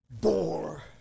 bore